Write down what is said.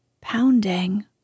pounding